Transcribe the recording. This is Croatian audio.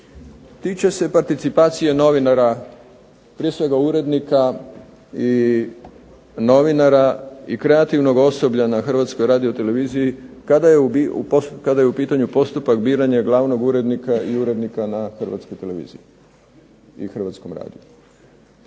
tiče se participacije novinara prije svega urednika i novinara i kreativnog osoblja na Hrvatskoj radioteleviziji kada je u pitanju postupak biranja glavnog urednika i urednika na Hrvatskoj televiziji i hrvatskom radiju.